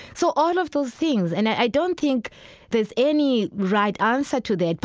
so all of those things. and i don't think there's any right answer to that.